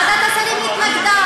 ועדת השרים התנגדה.